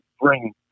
bring